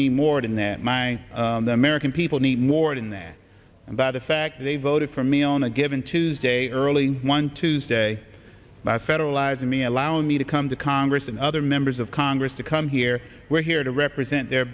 need more than that my american people need more than that and by the fact they voted for me on a given tuesday early one tuesday by federalizing me allowing me to come to congress and other members of congress to come here we're here to represent their